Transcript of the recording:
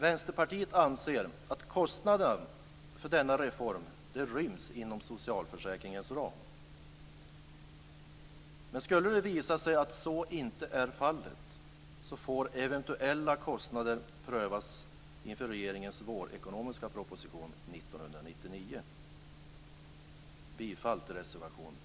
Vänsterpartiet anser att kostnaden för denna reform ryms inom socialförsäkringens ram. Skulle det dock visa sig att så inte är fallet, bör kostnaden prövas inför regeringens ekonomiska vårproposition 1999.